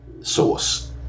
source